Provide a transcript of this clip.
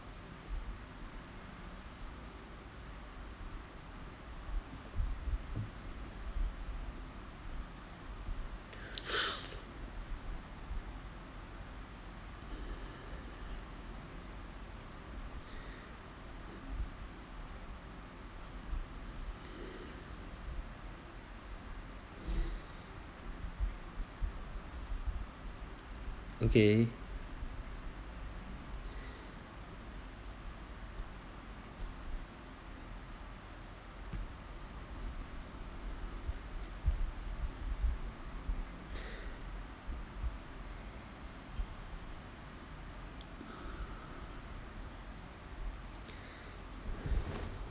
okay